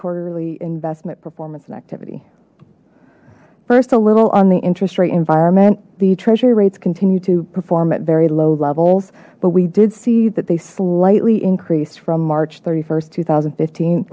quarterly investment performance and activity first a little on the interest rate environment the treasury rates continue to perform at very low levels but we did see that they slightly increased from march st two thousand and fifteen